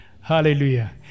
hallelujah